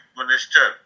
minister